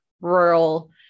rural